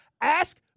Ask